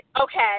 okay